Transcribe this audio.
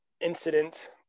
incident